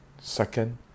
Second